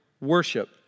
worship